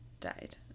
died